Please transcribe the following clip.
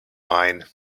mine